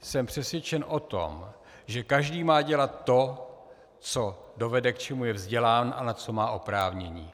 Jsem přesvědčen o tom, že každý má dělat to, co dovede, k čemu je vzdělán a na co má oprávnění.